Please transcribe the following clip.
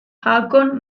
haakon